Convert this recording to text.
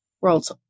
World's